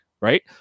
right